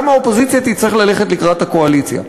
גם האופוזיציה תצטרך ללכת לקראת הקואליציה.